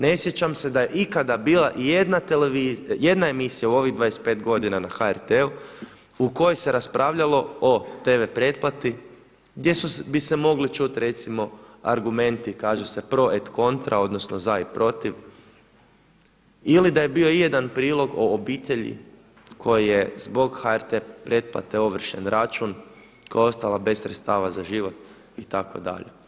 Ne sjećam se da je ikada bila ijedna emisija u ovih 25 godina na HRT-u u kojoj se raspravljalo o TV pretplati gdje bi se mogli čuti argumenti kaže se pro et kontra odnosno za i protiv ili da je bio ijedan prilog o obitelji kojoj je zbog HRT pretplate ovršen račun, koja je ostala bez sredstava za život itd.